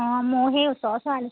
অঁ ময়ো সেই ওচৰৰ ছোৱালী